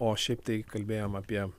o šiaip tai kalbėjom apie